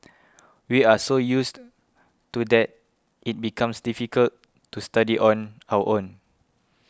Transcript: we are so used to that it becomes difficult to study on our own